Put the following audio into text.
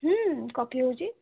coffee ହେଉଛି